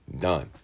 done